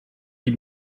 die